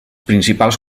principals